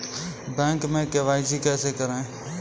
Bank में KYC कैसे करायें?